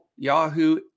Yahoo